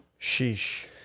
Sheesh